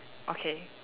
okay